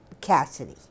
Cassidy